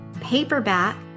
paperback